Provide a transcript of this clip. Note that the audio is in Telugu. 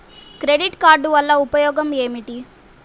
క్రెడిట్ కార్డ్ వల్ల ఉపయోగం ఏమిటీ?